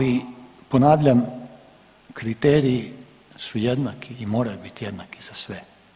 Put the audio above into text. Ali ponavljam, kriteriji su jednaki i moraju biti jednaki za sve.